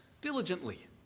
diligently